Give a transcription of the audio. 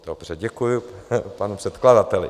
Dobře, děkuji panu předkladateli.